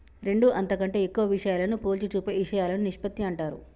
రెండు అంతకంటే ఎక్కువ విషయాలను పోల్చి చూపే ఇషయాలను నిష్పత్తి అంటారు